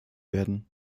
werden